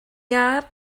iâr